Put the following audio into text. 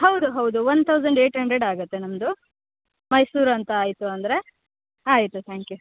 ಹೌದು ಹೌದು one thousand eight hundred ಆಗುತ್ತೆ ನಮ್ಮದು ಮೈಸೂರು ಅಂತ ಆಯಿತು ಅಂದರೆ ಆಯಿತು ತ್ಯಾಂಕ್ ಯು